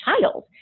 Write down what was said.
child